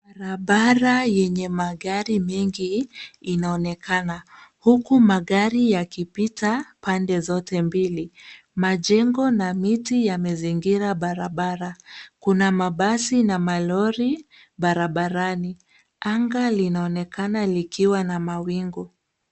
Barabara yenye magari mingi inaoonekana. Huku magari yakipita pande zote mbili. Majengo na miti yamezengira barabara. Kuna mabasi na malori barabarani. Angali linaoonekana likiwa na mawingu.